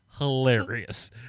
hilarious